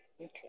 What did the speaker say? Okay